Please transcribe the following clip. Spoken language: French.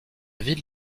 ville